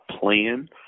plan